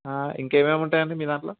ఇంకేమేమి ఉంటాయి అండి మీ దాంట్లో